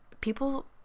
people